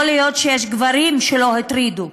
יכול להיות שיש גברים שלא הטרידו,